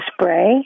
spray